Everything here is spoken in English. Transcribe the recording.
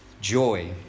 joy